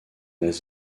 las